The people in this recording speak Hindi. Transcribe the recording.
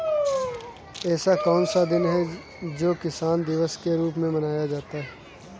ऐसा कौन सा दिन है जो किसान दिवस के रूप में मनाया जाता है?